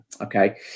Okay